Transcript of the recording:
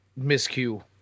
miscue